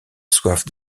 soif